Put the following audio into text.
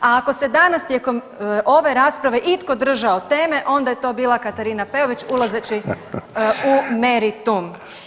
A ako se danas tijekom ove rasprave itko držao teme onda je to bila Katarina Peović ulazeći u meritum.